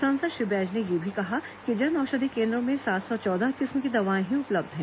सांसद श्री बैज ने यह भी कहा कि जनऔषधि केंद्रों में सात सौ चौदह किस्म की दवाएं ही उपलब्ध हैं